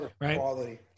right